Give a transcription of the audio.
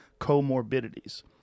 comorbidities